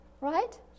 Right